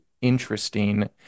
interesting